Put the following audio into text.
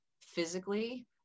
physically